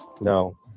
No